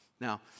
Now